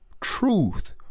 truth